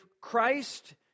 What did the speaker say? Christ